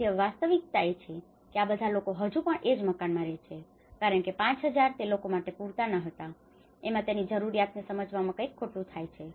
તેથી હવે વાસ્તવિકતા એ છે કે આ બધા લોકો હજુ પણ એ જ મકાનમાં રહે છે કારણ કે 5000 તે લોકો માટે પૂરતા ન હતા અને એમાં તેની જરૂરિયાતને સમજવામાં કંઈક ખોટું થાય છે